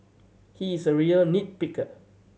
he is a real nit picker